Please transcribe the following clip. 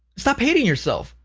stop hating yourself.